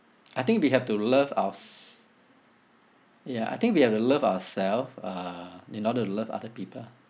I think we have to love ours~ ya I think we have to love ourself uh in order to love other people